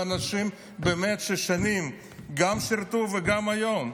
ואלו אנשים שבאמת שנים גם שירתו וגם היום,